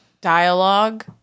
dialogue